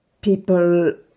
people